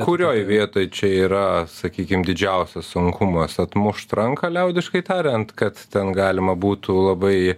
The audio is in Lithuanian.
kurioj vietoj čia yra sakykim didžiausias sunkumas atmušt ranką liaudiškai tariant kad ten galima būtų labai